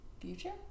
Future